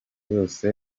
yose